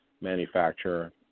manufacturer